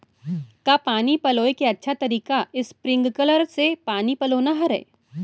का पानी पलोय के अच्छा तरीका स्प्रिंगकलर से पानी पलोना हरय?